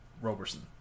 Roberson